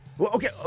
Okay